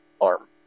arm